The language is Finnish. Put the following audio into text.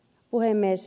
puhemies